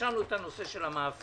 רשמנו את הנושא של המאפיות.